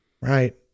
Right